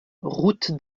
route